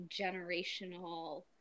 generational